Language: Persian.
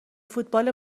فوتبال